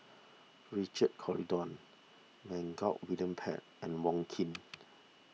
Richard Corridon William Pett and Wong Keen